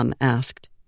asked